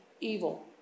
evil